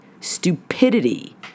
stupidity